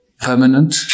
permanent